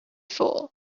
for